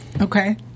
Okay